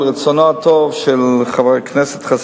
כל הדברים שאתה אומר, אני מעריך אותם אבל אפשר